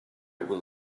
will